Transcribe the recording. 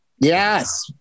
Yes